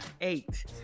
eight